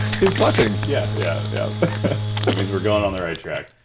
he's blushing! yeah yeah yeah. that means we're going on the right track.